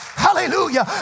hallelujah